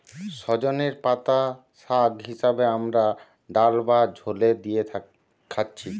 সজনের পাতা শাগ হিসাবে আমরা ডাল বা ঝোলে দিয়ে খাচ্ছি